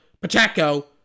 Pacheco